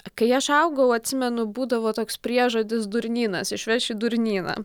kai aš augau atsimenu būdavo toks priežodis durnynas išveš į durnyną